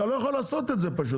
אתה לא יכול לעשות את זה פשוט.